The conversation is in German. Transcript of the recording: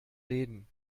reden